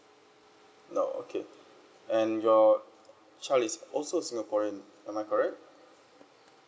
no okay and your child is also singaporean am I correct